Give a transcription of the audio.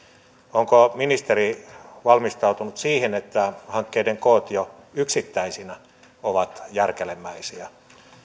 onko ministeri valmistautunut siihen että hankkeiden koot jo yksittäisinä ovat järkälemäisiä